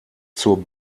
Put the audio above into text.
zur